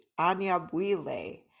Anyabuile